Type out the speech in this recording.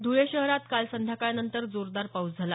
धूळे शहरात काल संध्याकाळनंतर जोरदार पाऊस झाला